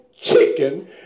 chicken